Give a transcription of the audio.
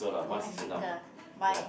to Africa why